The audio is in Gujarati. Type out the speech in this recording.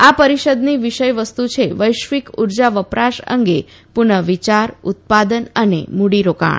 આ પરિષદની વિષય વસ્તુ છે વૈશ્વિક ઊર્જા વપરાશ અંગે પુનઃ વિયાર ઉત્પાદન અને મૂડીરોકાણ